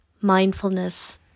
Mindfulness